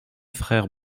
frères